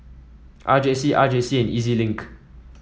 R J C R J C and E Z Link